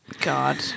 god